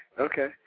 Okay